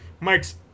Mike's